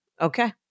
Okay